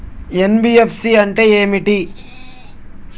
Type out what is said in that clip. NBFC అంటే ఏమిటి?